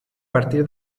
partir